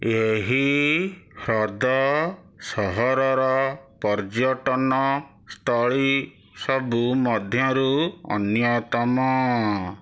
ଏହି ହ୍ରଦ ସହରର ପର୍ଯ୍ୟଟନ ସ୍ଥଳୀ ସବୁ ମଧ୍ୟରୁ ଅନ୍ୟତମ